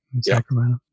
Sacramento